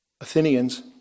Athenians